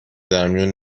درمیون